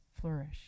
flourish